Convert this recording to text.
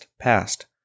past